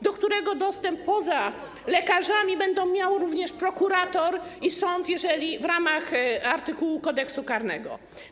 do którego dostęp poza lekarzami będą mieli również prokurator i sąd w ramach artykułu Kodeksu karnego.